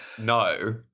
no